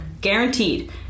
guaranteed